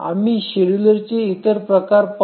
आम्ही शेड्यूलरचे इतर प्रकार पाहू